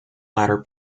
latter